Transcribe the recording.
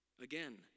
Again